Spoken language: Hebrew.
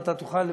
ואתה תוכל לברך,